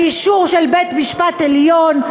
באישור של בית-המשפט העליון,